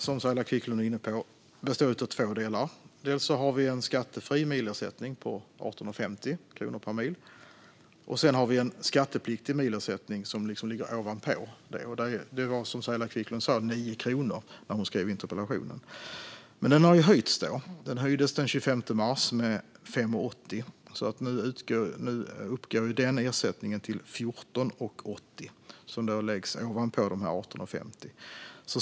Som Saila Quicklund är inne på består ersättningen av två delar: Dels har vi en skattefri milersättning på 18,50 kronor per mil, dels har vi en skattepliktig milersättning som ligger ovanpå den. Som Saila Quicklund säger var den 9 kronor när hon skrev interpellationen, men den har ju höjts. Den höjdes den 25 mars med 5,80 kronor, så nu uppgår den delen av ersättningen till 14,80 kronor - som alltså läggs ovanpå de 18,50.